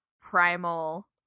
primal